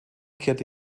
kehrte